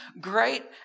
great